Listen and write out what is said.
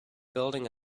building